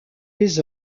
les